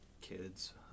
kids